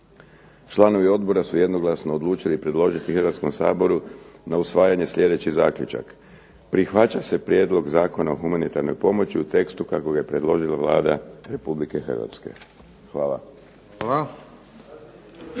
članovi odbora su jednoglasno odlučili predložiti na usvajanje Hrvatskom saboru na usvajanje sljedeći zaključak. Prihvaća se Prijedlog zakona o humanitarnoj pomoći u tekstu kako ga je predložila Vlada Republike Hrvatske. Hvala.